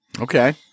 Okay